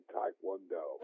Taekwondo